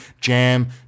jam